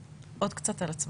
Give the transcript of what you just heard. עוד קצת על עצמך.